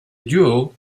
duo